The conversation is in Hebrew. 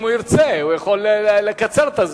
אם הוא ירצה, הוא יכול לקצר את הזמן.